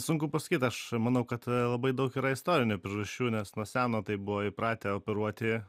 sunku pasakyt aš manau kad labai daug yra istorinių priežasčių nes nuo seno taip buvo įpratę operuoti